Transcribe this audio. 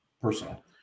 personal